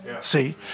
See